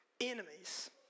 enemies